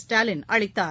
ஸ்டாலின் அளித்தார்